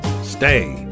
Stay